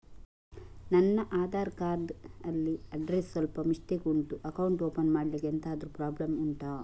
ನನ್ನ ಆಧಾರ್ ಕಾರ್ಡ್ ಅಲ್ಲಿ ಅಡ್ರೆಸ್ ಸ್ವಲ್ಪ ಮಿಸ್ಟೇಕ್ ಉಂಟು ಅಕೌಂಟ್ ಓಪನ್ ಮಾಡ್ಲಿಕ್ಕೆ ಎಂತಾದ್ರು ಪ್ರಾಬ್ಲಮ್ ಉಂಟಾ